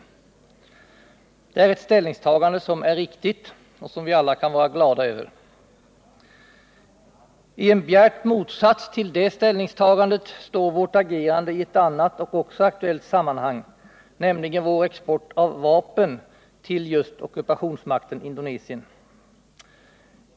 Det är ett ställningstagande som är riktigt och som vi alla kan vara glada över. I bjärt motsats till det ställningstagandet står vårt agerande i ett annat och också aktuellt sammanhang, nämligen vår export av vapen till just ockupationsmakten Indonesien.